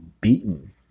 beaten